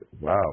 wow